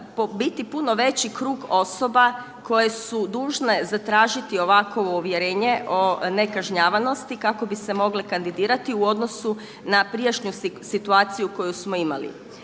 biti puno veći krug osoba koje su dužne zatražiti ovakovo uvjerenje o nekažnjavanosti kako bi se mogle kandidirati u odnosu na prijašnju situaciju koju smo imali.